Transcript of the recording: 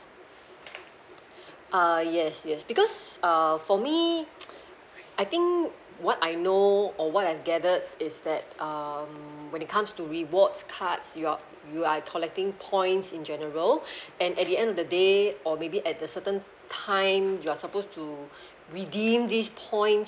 uh yes yes because uh for me I think what I know or what I gathered it's that um when it comes to rewards cards you're you're collecting points in general and at the end of the day or maybe at the certain time you're supposed to redeem this points